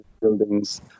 buildings